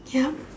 yup